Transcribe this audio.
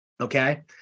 Okay